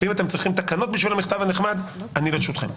ואם אתם צריכים תקנות בשביל המכתב הנחמד אני לרשותכם.